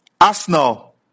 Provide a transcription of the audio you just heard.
Arsenal